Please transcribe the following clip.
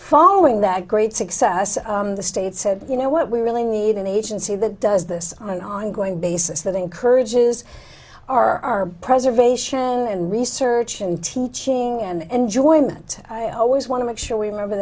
following that great success the state said you know what we really need an agency that does this on an ongoing basis that encourages our preservation and research and teaching and enjoyment i always want to make sure we remember